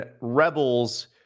Rebels